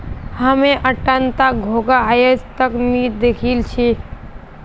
हामी अट्टनता घोंघा आइज तक नी दखिल छि